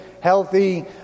healthy